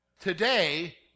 Today